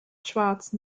schwarzen